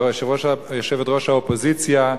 ויושבת-ראש האופוזיציה,